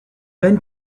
then